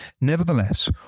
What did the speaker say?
Nevertheless